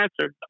answer